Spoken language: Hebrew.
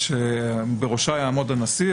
בראשה יעמוד הנשיא.